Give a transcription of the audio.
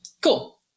Cool